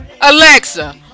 Alexa